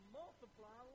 multiply